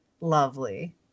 lovely